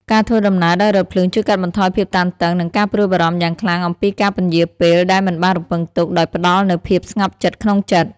ការធ្វើដំណើរដោយរថភ្លើងជួយកាត់បន្ថយភាពតានតឹង និងការព្រួយបារម្ភយ៉ាងខ្លាំងអំពីការពន្យារពេលដែលមិនបានរំពឹងទុក ដោយផ្តល់នូវភាពស្ងប់ចិត្តក្នុងចិត្ត។